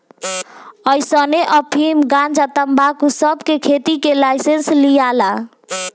अइसने अफीम, गंजा, तंबाकू सब के खेती के लाइसेंस लियाला